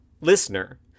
listener